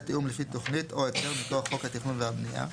- תוכנית שאושרה לפי הוראות חוק התכנון והבנייה,